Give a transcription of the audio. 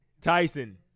Tyson